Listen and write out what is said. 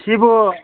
ꯁꯤꯕꯨ